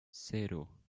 cero